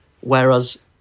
whereas